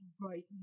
right